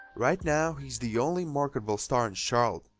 right now he's the only marketable star in charlotte.